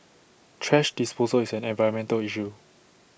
thrash disposal is an environmental issue